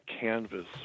canvas